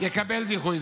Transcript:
יקבל דחייה.